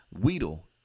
weedle